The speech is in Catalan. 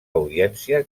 audiència